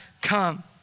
come